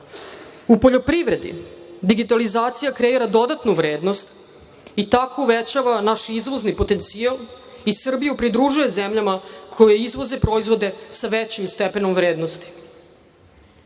poljoprivredi, digitalizacija kreira dodatnu vrednost i tako uvećava naš izvozni potencijal i Srbiju pridružuje zemljama koje izvoze proizvode sa većim stepenom vrednosti. Uprkos